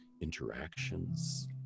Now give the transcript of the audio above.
interactions